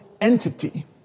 entity